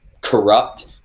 corrupt